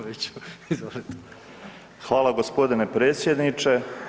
Hvala g. predsjedniče.